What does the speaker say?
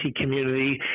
community